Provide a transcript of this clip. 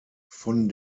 von